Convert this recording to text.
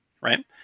right